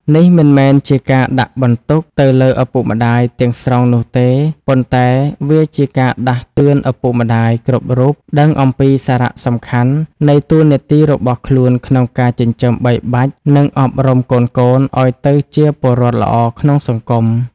នេះមិនមែនជាការដាក់បន្ទុកទៅលើឪពុកម្ដាយទាំងស្រុងនោះទេប៉ុន្តែវាជាការដាស់តឿនឱ្យឪពុកម្ដាយគ្រប់រូបដឹងអំពីសារៈសំខាន់នៃតួនាទីរបស់ខ្លួនក្នុងការចិញ្ចឹមបីបាច់និងអប់រំកូនៗឱ្យទៅជាពលរដ្ឋល្អក្នុងសង្គម។